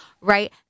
right